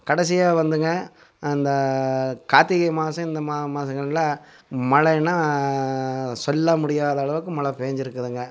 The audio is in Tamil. கடைசியாக வந்துங்க இந்தக் கார்த்திகை மாதம் இந்த மாசங்களில் மழைனா சொல்ல முடியாதளவுக்கு மழை பெஞ்சிருக்குதுங்க